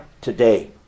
today